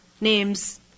names